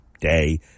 day